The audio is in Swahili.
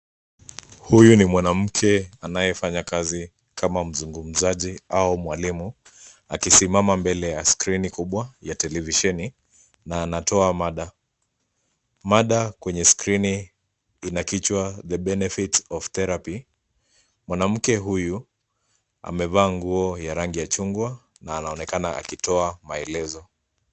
Huyu ni mwanamke anayefanya kazi kama mzungumzaji au mwalimu akisimama mbele ya skrini kubwa ya televisheni na anatoa mada, mada kwenye skrini ian kichwa the benefits of therepy mwanamke huyu amevaa nguo ya rangi ya chungwa na anaonekana akitoa maelezo.